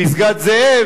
פסגת-זאב,